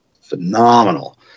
phenomenal